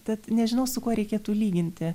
tad nežinau su kuo reikėtų lyginti